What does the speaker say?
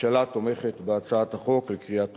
הממשלה תומכת בהצעת החוק בקריאה טרומית.